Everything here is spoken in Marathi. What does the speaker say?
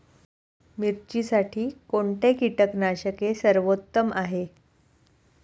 मिरचीसाठी कोणते कीटकनाशके सर्वोत्तम आहे?